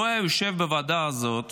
לו היה יושב בוועדה הזאת